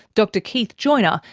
dr keith joiner,